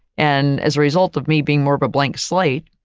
and as a result of me being more of a blank slate,